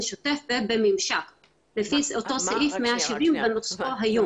שוטף ובממשק לפי אותו סעיף 170 בנוסחו היום.